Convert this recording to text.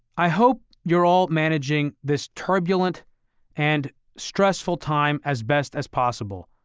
i hope you're all managing this turbulent and stressful time as best as possible.